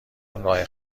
راه